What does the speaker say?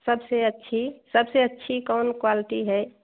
सबसे अच्छी सबसे अच्छी कौन क्वालिटी है